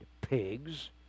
pigs